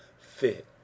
fit